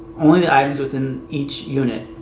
only the items within each unit,